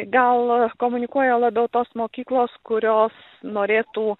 gal komunikuoja labiau tos mokyklos kurios norėtų